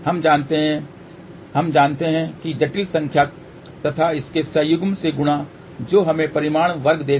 हम जानते हैं हम जानते हैं कि जटिल संख्या तथा इसके संयुग्म से गुणा जो हमे परिमाण वर्ग देगा